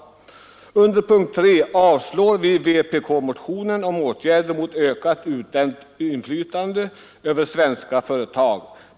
Under punkten 3 avstyrker vi vpk-motionen om åtgärder mot ökat utländskt inflytande över svenska företag.